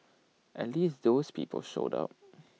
at least those people showed up